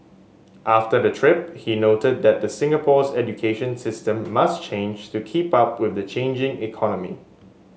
after the trip he noted that Singapore's education system must change to keep up with the changing economy